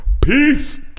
Peace